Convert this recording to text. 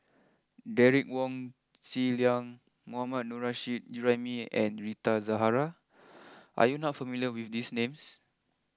Derek Wong Zi Liang Mohammad Nurrasyid Juraimi and Rita Zahara are you not familiar with these names